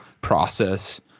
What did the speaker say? process